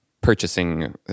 purchasing